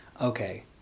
okay